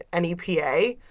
NEPA